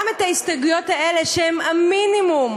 גם את ההסתייגויות האלה, שהן המינימום,